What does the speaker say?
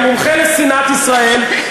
כמומחה לשנאת ישראל,